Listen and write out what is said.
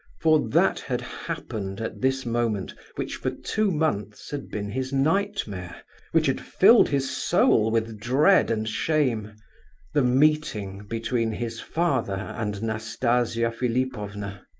for that had happened at this moment, which for two months had been his nightmare which had filled his soul with dread and shame the meeting between his father and nastasia philipovna.